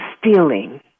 stealing